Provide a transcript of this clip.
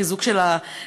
חיזוק של החברה.